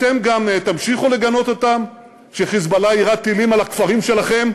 אתם גם תמשיכו לגנות אותן כש"חיזבאללה" יירה טילים על הכפרים שלכם?